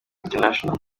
international